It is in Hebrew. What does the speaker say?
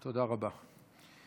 תודה רבה.